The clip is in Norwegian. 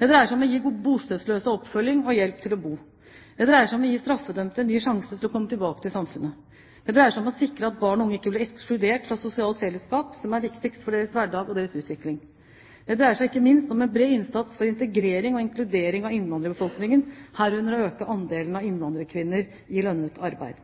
Det dreier seg om å gi bostedsløse oppfølging og hjelp til å bo. Det dreier seg om å gi straffedømte en ny sjanse til å komme tilbake til samfunnet. Det dreier seg om å sikre at barn og unge ikke blir ekskludert fra sosiale fellesskap, som er viktige for deres hverdag og deres utvikling. Det dreier seg ikke minst om en bred innsats for integrering og inkludering av innvandrerbefolkningen, herunder å øke andelen av innvandrerkvinner